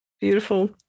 Beautiful